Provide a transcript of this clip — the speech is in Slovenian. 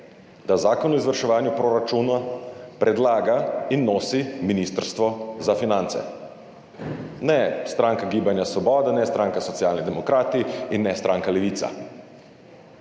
da zakon o izvrševanju proračuna predlaga in nosi Ministrstvo za finance, ne stranka Gibanje Svoboda, ne stranka Socialni demokrati in ne stranka Levica.